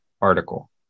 article